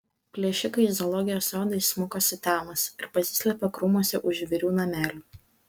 plėšikai į zoologijos sodą įsmuko sutemus ir pasislėpė krūmuose už žvėrių namelių